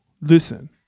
Listen